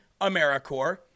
AmeriCorps